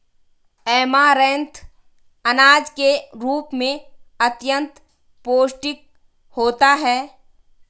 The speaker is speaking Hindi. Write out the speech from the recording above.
ऐमारैंथ अनाज के रूप में अत्यंत पौष्टिक होता है